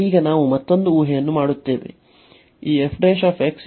ಈಗ ನಾವು ಮತ್ತೊಂದು ಊಹೆಯನ್ನು ಮಾಡುತ್ತೇವೆ